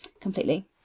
completely